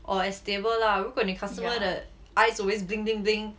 or as stable lah 如果你 customer that eyes always blink blink blink